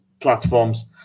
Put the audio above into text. platforms